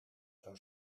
zou